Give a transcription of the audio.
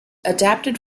adapted